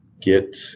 get